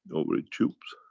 ovary tubes,